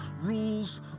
rules